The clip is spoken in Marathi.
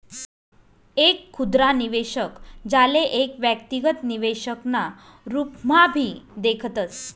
एक खुदरा निवेशक, ज्याले एक व्यक्तिगत निवेशक ना रूपम्हाभी देखतस